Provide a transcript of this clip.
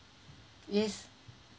yes